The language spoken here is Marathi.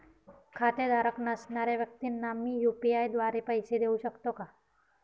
खातेधारक नसणाऱ्या व्यक्तींना मी यू.पी.आय द्वारे पैसे देऊ शकतो का?